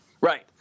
Right